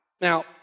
Now